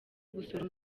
gusura